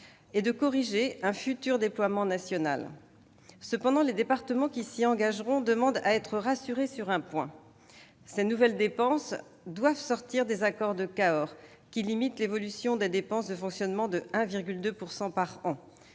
et de corriger -un futur déploiement national. Cependant, les départements qui s'y engageront demandent à être rassurés sur un point : ces nouvelles dépenses doivent sortir des « accords de Cahors » qui limitent l'évolution des dépenses de fonctionnement à 1,2 % par an-